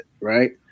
right